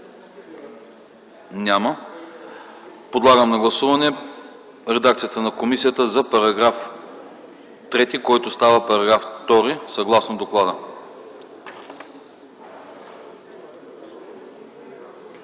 Няма. Подлагам на гласуване редакцията на комисията за § 3, който става § 2 съгласно доклада.